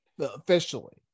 officially